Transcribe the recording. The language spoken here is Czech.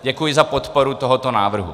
Děkuji za podporu tohoto návrhu.